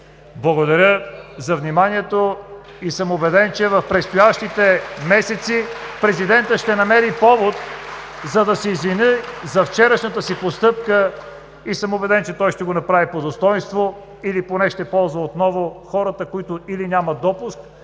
от ГЕРБ.) И съм убеден, че в предстоящите месеци президентът ще намери повод, за да се извини за вчерашната си постъпка. Убеден съм, че той ще го направи по достойнство или поне ще ползва отново хората, които или нямат допуск,